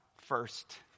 first